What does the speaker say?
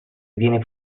viene